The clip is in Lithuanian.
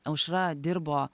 aušra dirbo